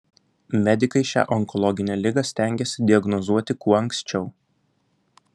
medikai šią onkologinę ligą stengiasi diagnozuoti kuo anksčiau